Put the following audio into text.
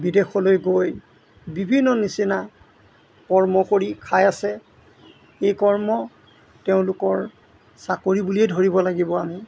বিদেশলৈ গৈ বিভিন্ন নিচিনা কৰ্ম কৰি খাই আছে এই কৰ্ম তেওঁলোকৰ চাকৰি বুলিয়ে ধৰিব লাগিব আমি